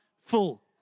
full